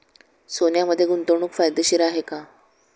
सोन्यामध्ये गुंतवणूक फायदेशीर आहे का?